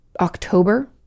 October